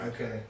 okay